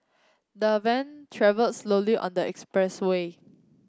the van travel slowly on the expressway